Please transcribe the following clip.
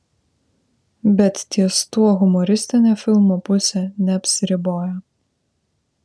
bet ties tuo humoristinė filmo pusė neapsiriboja